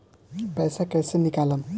पैसा कैसे निकालम?